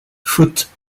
faute